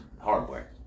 hardware